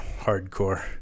hardcore